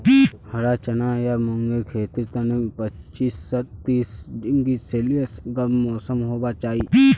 हरा चना या मूंगेर खेतीर तने पच्चीस स तीस डिग्री सेल्सियस गर्म मौसम होबा चाई